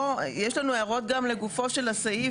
יש לנו גם הערות לגופו של הסעיף,